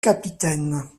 capitaine